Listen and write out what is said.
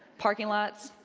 parking lots,